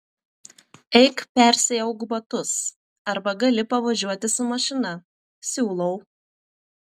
eik persiauk batus arba gali pavažiuoti su mašina siūlau